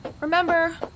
Remember